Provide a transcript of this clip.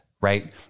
right